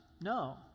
No